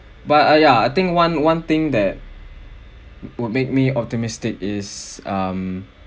but uh yeah I think one one thing that would make me optimistic is um